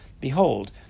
Behold